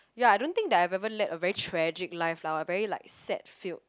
ya I don't think that I've ever led a very tragic life lah a very like sad filled